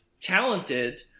Talented